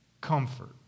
Comfort